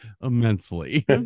immensely